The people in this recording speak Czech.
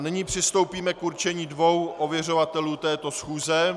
Nyní přistoupíme k určení dvou ověřovatelů této schůze.